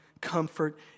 comfort